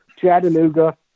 Chattanooga